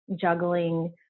juggling